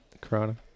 Corona